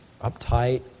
uptight